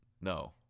no